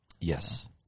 Yes